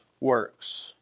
works